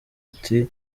ati